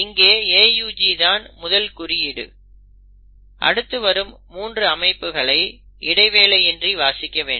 இங்கே AUG தான் முதல் குறியீடு அடுத்து வரும் 3 அமைப்புகளை இடைவேளை இன்றி வாசிக்க வேண்டும்